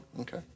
Okay